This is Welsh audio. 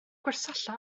gwersylla